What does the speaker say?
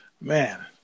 Man